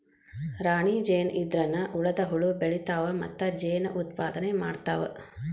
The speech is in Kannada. ರಾಣಿ ಜೇನ ಇದ್ರನ ಉಳದ ಹುಳು ಬೆಳಿತಾವ ಮತ್ತ ಜೇನ ಉತ್ಪಾದನೆ ಮಾಡ್ತಾವ